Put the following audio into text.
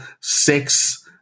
six